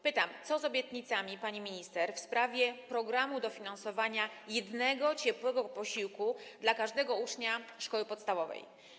Pytam, co z obietnicami, pani minister, w sprawie programu dofinansowania jednego ciepłego posiłku dla każdego ucznia szkoły podstawowej.